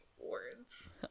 words